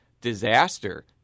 disaster